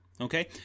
Okay